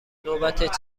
نوبت